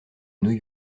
new